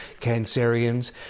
Cancerians